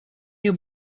your